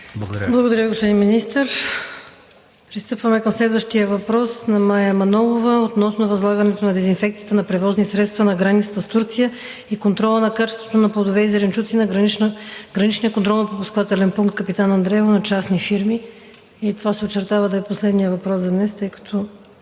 Благодаря, господин Министър. Пристъпваме към следващия въпрос на Мая Манолова относно възлагането на дезинфекцията на превозни средства на границата с Турция и контрола на качеството на плодове и зеленчуци на Граничния контролно-пропускателен пункт „Капитан Андреево“ на частни фирми. Това се очертава да е последният въпрос за днес, тъй като